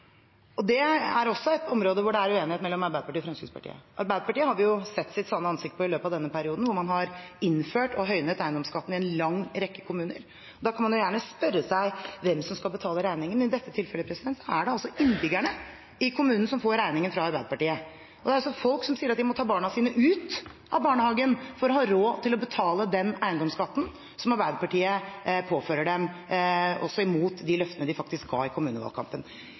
Det er også et område hvor det er uenighet mellom Arbeiderpartiet og Fremskrittspartiet. Arbeiderpartiet har vi jo sett har vist sitt sanne ansikt i løpet av denne perioden, hvor man har innført og høynet eiendomsskatten i en lang rekke kommuner. Da kan man gjerne spørre seg hvem som skal betale regningen. I dette tilfellet er det innbyggerne i kommunen som får regningen fra Arbeiderpartiet. Det er folk som sier at de må ta barna sine ut av barnehagen for å ha råd til å betale den eiendomsskatten som Arbeiderpartiet påfører dem, også imot de løftene de faktisk ga i kommunevalgkampen.